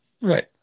right